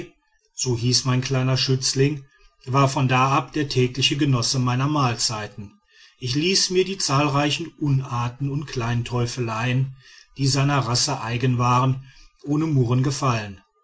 so hieß mein kleiner schützling war von da ab der tägliche genosse meiner mahlzeiten ich ließ mir die zahlreichen unarten und kleinen teufeleien die seiner rasse eigen waren ohne murren gefallen